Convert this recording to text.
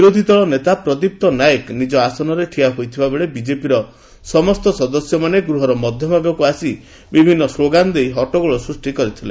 ବିରୋଧୀଦଳ ନେତା ପ୍ରଦୀପ୍ତ ନାୟକ ନିକ ଆସନରେ ଠିଆ ହୋଇଥିବାବେଳେ ବିଜେପିର ସମସ୍ତ ସଦସ୍ୟମାନେ ଗୃହର ମଧ୍ଧଭାଗକୁ ଆସି ବିଭିନ୍ତ ସ୍କୋଗାନ ଦେଇ ହଟ୍ଟଗୋଳ ସୃଷି କରିଥିଲେ